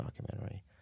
documentary